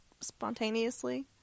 spontaneously